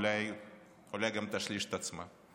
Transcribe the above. אולי גם תשלש את עצמה.